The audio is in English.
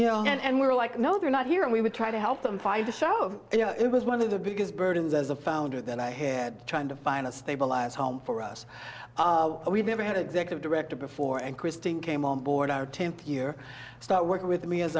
you know and we're like no they're not here and we would try to help them find a show of you know it was one of the biggest burdens as a founder that i had trying to find a stabilize home for us we've never had executive director before and christine came on board our tenth year start working with me as